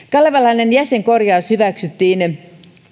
kalevalainen jäsenkorjaus hyväksyttiin